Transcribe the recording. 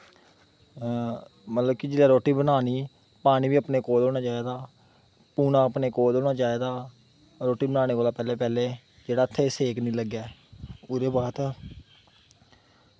मतलब कि जिसलै रोटी बनानी पानी अपने कोल होना चाहिदा पूना अपने कोल होना चाहिदा रोटी बनाने कोला दा पैह्लें पैह्लें जेह्का हत्थें गी सेक निं लग्गै ओह्दे बाद